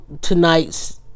tonight's